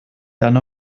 dann